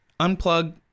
unplug